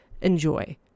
enjoy